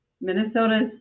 Minnesota's